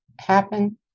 happen